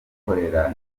kubakorera